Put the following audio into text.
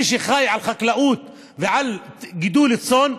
מי שחי על חקלאות ועל גידול צאן,